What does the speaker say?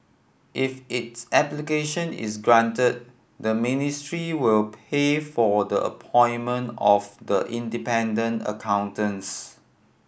if its application is granted the ministry will pay for the appointment of the independent accountants